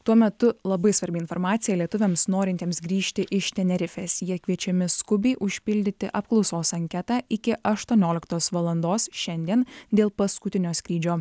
tuo metu labai svarbi informacija lietuviams norintiems grįžti iš tenerifės jie kviečiami skubiai užpildyti apklausos anketą iki aštuonioliktos valandos šiandien dėl paskutinio skrydžio